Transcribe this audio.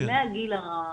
מהגיל הרך,